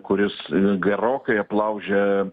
kuris gerokai aplaužė